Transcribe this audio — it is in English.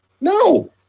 no